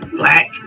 black